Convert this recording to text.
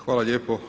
Hvala lijepo.